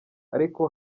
ariko